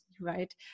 right